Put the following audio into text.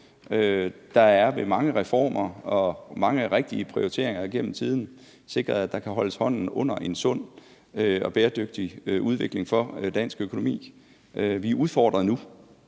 Det er ved mange reformer og mange rigtige prioriteringer igennem tiden sikret, at hånden kan holdes under en sund og bæredygtig udvikling for dansk økonomi. Vi er nu